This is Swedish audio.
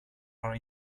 har